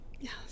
Yes